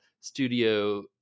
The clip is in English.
studio